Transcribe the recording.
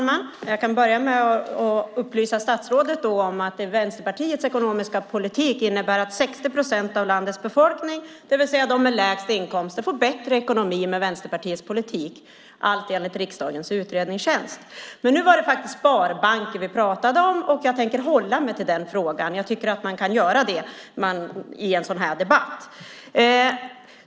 Herr talman! Låt mig börja med att upplysa statsrådet om att 60 procent av landets befolkning, det vill säga de med lägst inkomster, får bättre ekonomi med Vänsterpartiets ekonomiska politik, allt enligt riksdagens utredningstjänst. Men nu var det sparbanker vi pratade om, och jag tänker hålla mig till den frågan. Jag tycker att man kan göra det i en sådan här debatt.